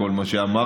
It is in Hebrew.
כל מה שאמרת,